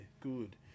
Good